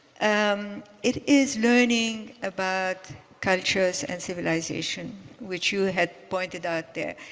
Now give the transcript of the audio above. and it is learning about cultures and civilization which you had pointed out there.